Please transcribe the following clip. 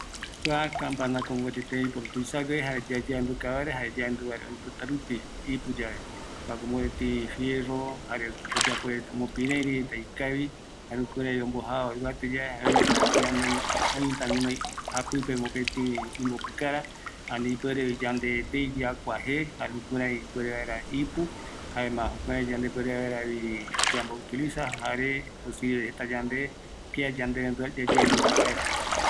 Kua campana jaeko yeanduka, kuako fierro, jare öime imbopuka, kua oipotarupi oyeporu, jare opaete peguara ñapöröeni vaera, öime tuisa va, misi vavi